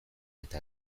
eta